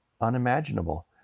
unimaginable